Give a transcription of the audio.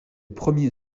premier